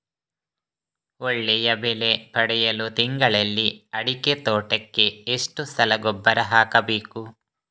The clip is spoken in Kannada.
ಒಳ್ಳೆಯ ಬೆಲೆ ಪಡೆಯಲು ತಿಂಗಳಲ್ಲಿ ಅಡಿಕೆ ತೋಟಕ್ಕೆ ಎಷ್ಟು ಸಲ ಗೊಬ್ಬರ ಹಾಕಬೇಕು?